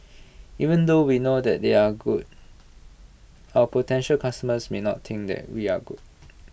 even though we know that they are good our potential customers may not think that we are good